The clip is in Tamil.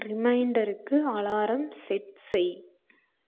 ரிமைண்டருக்கு அலாரம் செட் செய்